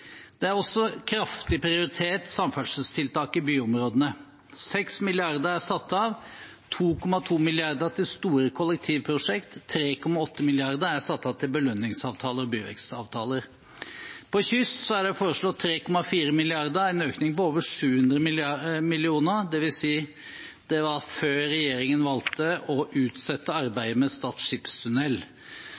er også kraftig prioritert. 6 mrd. kr er satt av, av dem 2,2 mrd. kr til store kollektivprosjekter, og 3,8 mrd. kr er satt av til belønningsavtaler og byvekstavtaler. For kysten er det foreslått 3,4 mrd. kr, en økning på over 700 mill. kr – det vil si, det var før regjeringen valgte å utsette arbeidet med Stad skipstunnel.